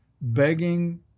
begging